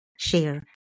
share